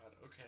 okay